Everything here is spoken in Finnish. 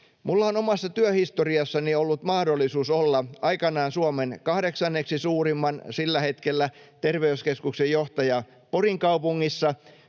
Minulla on omassa työhistoriassani ollut mahdollisuus olla aikanaan Suomen kahdeksanneksi suurimman, sillä hetkellä, terveyskeskuksen johtaja Porin kaupungissa